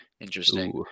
Interesting